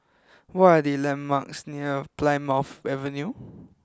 what are the landmarks near Plymouth Avenue